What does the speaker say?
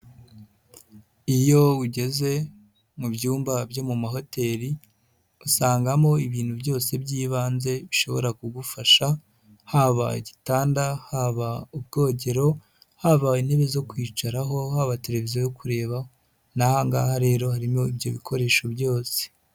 Iyo ugeze mu byumba byo mu mahoteli, usangamo ibintu byose by'ibanze bishobora kugufasha, haba igitanda, haba ubwogero, haba intebe zo kwicaraho, haba televiziyo yo kureba n'aha ngaha rero harimo ibyo bikoresho byose.